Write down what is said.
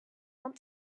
want